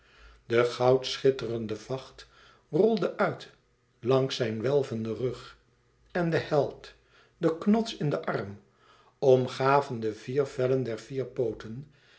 de goud schitterende vacht rolde uit langs zijn welvenden rug en den held den knots in den arm omgaven de vier vellen der vier pooten